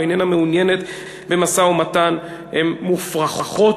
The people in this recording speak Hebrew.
איננה מעוניינת במשא-ומתן הן מופרכות,